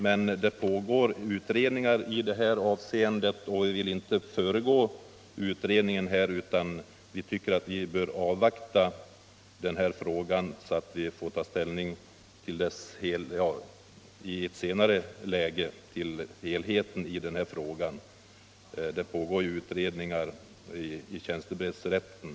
men det pågår utredningar i det här avseendet, och vi vill inte föregripa dem utan tycker att vi bör avvakta för att kunna ta ställning till frågan i dess helhet i ett senare läge. Det pågår ju även utredningar om tjänstebrevsrätten.